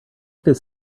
this